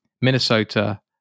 Minnesota